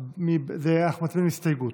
אנחנו מצביעים על הסתייגות.